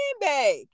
bag